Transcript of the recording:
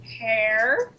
hair